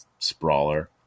sprawler